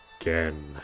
again